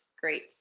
great